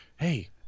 hey